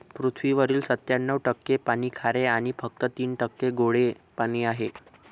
पृथ्वीवरील सत्त्याण्णव टक्के पाणी खारे आणि फक्त तीन टक्के गोडे पाणी आहे